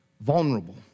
Vulnerable